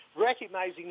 recognizing